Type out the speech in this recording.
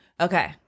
Okay